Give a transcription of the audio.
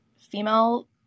female